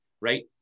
right